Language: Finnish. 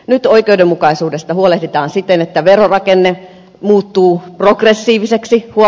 nyt oikeudenmukaisuudesta huolehditaan siten että verorakenne muuttuu progressiiviseksi huom